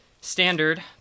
standard